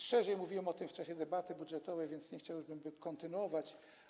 Szerzej mówiłem o tym w czasie debaty budżetowej, więc nie chciałbym kontynuować.